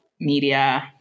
media